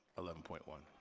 eleven point one.